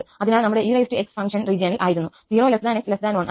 അതിനാൽ ഞങ്ങളുടെ ex ഫങ്ക്ഷന് റീജിയനിൽ ആയിരുന്നു 0𝑥 1